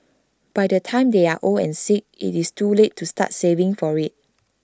by the time they are old and sick IT is too late to start saving for IT